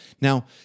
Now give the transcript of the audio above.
Now